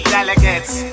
Delegates